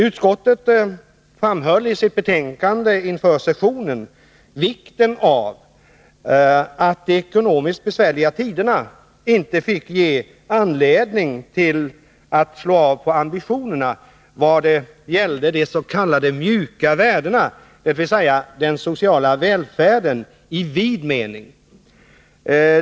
Utskottet framhöll i sitt betänkande inför sessionen vikten av att de ekonomiskt besvärliga tiderna inte fick ge anledning till att man slår av på ambitionerna vad gäller de s.k. mjuka värdena, dvs. den sociala välfärden i vid mening.